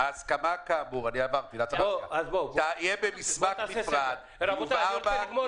ההסכמה כאמור תהיה במסמך נפרד, יובהר בה